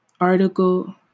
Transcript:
article